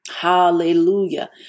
Hallelujah